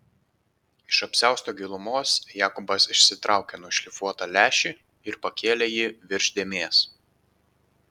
iš apsiausto gilumos jakobas išsitraukė nušlifuotą lęšį ir pakėlė jį virš dėmės